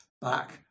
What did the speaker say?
back